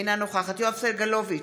אינה נוכחת יואב סגלוביץ'